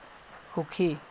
সুখী